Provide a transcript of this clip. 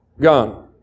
Gone